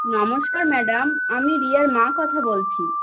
নমস্কার ম্যাডাম আমি রিয়ার মা কথা বলছি